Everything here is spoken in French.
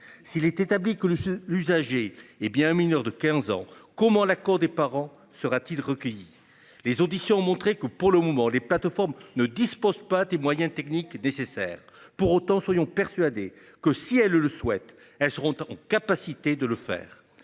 S'il est établi que le l'usager. Eh bien, un mineur de 15 ans. Comment l'accord des parents sera-t-il recueilli les auditions ont montré que pour le moment les plateformes ne dispose pas des moyens techniques nécessaires pour autant soyons persuadés que si elles le souhaitent, elles seront en capacité de le faire.